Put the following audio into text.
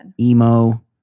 Emo